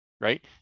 right